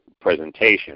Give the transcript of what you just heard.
presentation